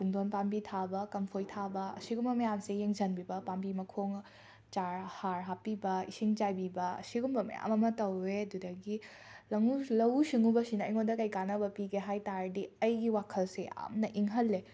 ꯄꯨꯡꯗꯣꯟ ꯄꯥꯝꯕꯤ ꯊꯥꯕ ꯀꯝꯐꯣꯏ ꯊꯥꯕ ꯑꯁꯤꯒꯨꯝꯕ ꯃꯌꯥꯝꯁꯦ ꯌꯦꯡꯁꯤꯟꯕꯤꯕ ꯄꯥꯝꯕꯤ ꯃꯈꯣꯡ ꯆꯥꯔ ꯍꯥꯔ ꯍꯥꯞꯄꯤꯕ ꯏꯁꯤꯡ ꯆꯥꯏꯕꯤꯕ ꯁꯤꯒꯨꯝꯕ ꯃꯌꯥꯝ ꯑꯃ ꯇꯧꯋꯦ ꯑꯗꯨꯗꯒꯤ ꯂꯉꯨ ꯂꯧꯎ ꯁꯤꯉꯨꯕꯁꯤꯅ ꯑꯩꯉꯣꯟꯗ ꯀꯩ ꯀꯥꯟꯅꯕ ꯄꯤꯒꯦ ꯍꯥꯏ ꯇꯥꯔꯗꯤ ꯑꯩꯒꯤ ꯋꯥꯈꯜꯁꯦ ꯌꯥꯝꯅ ꯏꯪꯍꯜꯂꯦ